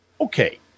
Okay